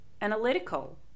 analytical